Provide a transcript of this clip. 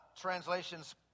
translations